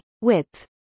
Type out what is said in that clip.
width